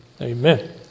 Amen